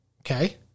okay